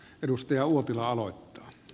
edustaja uotila aloittaa